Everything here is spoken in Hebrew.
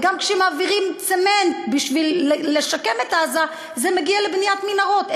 וגם כשמעבירים צמנט בשביל לשקם את עזה זה מגיע לבניית מנהרות,